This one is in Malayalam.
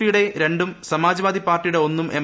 പി യുടെ രണ്ടും സമാജ് വാദി പാർട്ടിയുടെ ഒന്നും എം